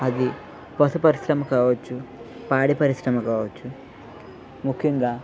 అది పశు పరిశ్రమ కావచ్చు పాడి పరిశ్రమ కావచ్చు ముఖ్యంగా